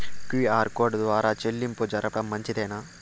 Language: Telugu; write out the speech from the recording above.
క్యు.ఆర్ కోడ్ ద్వారా చెల్లింపులు జరపడం మంచిదేనా?